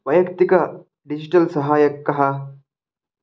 वैयक्तिकः digital सहायकः कः